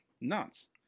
Nuts